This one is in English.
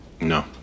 No